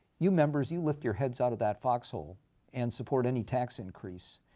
you members, you lift your heads out of that foxhole and support any tax increase,